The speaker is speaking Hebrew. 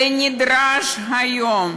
זה נדרש היום.